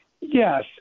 yes